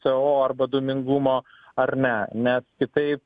co arba dūmingumo ar ne nes kitaip